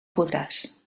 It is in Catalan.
podràs